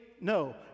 no